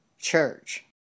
church